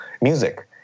music